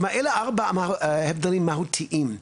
כלומר, אלה הבדלים מהותיים.